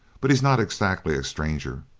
but he's not exactly a stranger,